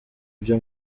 byo